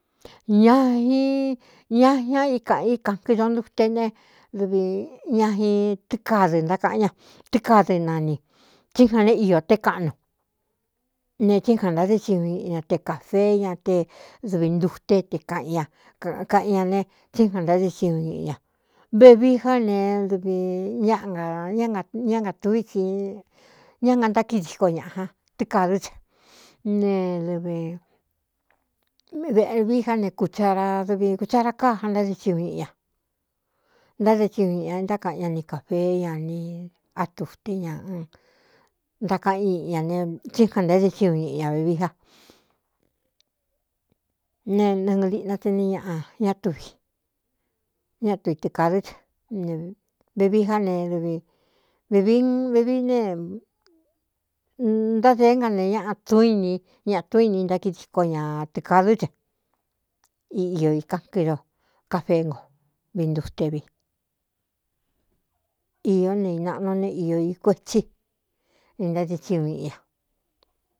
Nai ña ña í kāꞌan í kankɨdo ntuté ne dɨvi ñajin tɨkadɨ ntákaꞌan ña tɨkadɨ nani tsí jan né iō té kaꞌnu ne tsí jan ntádé tsiñu ñɨꞌi ña te kāfee ña te dɨvi ntuté te kaꞌn ña kaꞌan ña ne tsí jan ntáde tsiu ñiꞌi ña vevií já ne dvi ñá ngatuví tsi ñá nga ntákíi diko ñaꞌa ña tɨkādɨ́ tsa ne dɨvi vēꞌvií já ne kūtsharadɨvi kūthara káa ja ntáde tsiu ñiꞌi ña ntáde tsiñu ñɨꞌi ña ntákaꞌan ña ni kāfeé ña ni atuté ña ntákaꞌan ꞌi ña netsí jan ntaédé tsiun ñiꞌi ña vevi a ne ɨɨ liꞌna tse nɨ ñaꞌa ñá tuvi ñátuvi tɨkadú́ tsa ne vevií já ne dɨvi vevií ne ntádēé nga ne ñaꞌa tú ini ñaꞌa tún ini ntákí diko ña tɨkadú́ tsɨ iiō ikankɨ do kafeé ngo vii ntute vi īó ne inaꞌnu ne iō i kuetsí ni ntáde tsiu ñiꞌi ña.